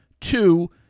Two